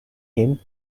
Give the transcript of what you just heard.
him